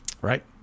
right